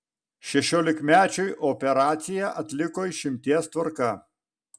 šešiolikmečiui operaciją atliko išimties tvarka